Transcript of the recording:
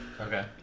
Okay